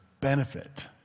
benefit